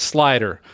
Slider